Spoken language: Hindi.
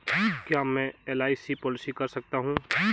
क्या मैं एल.आई.सी पॉलिसी कर सकता हूं?